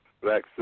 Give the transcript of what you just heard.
black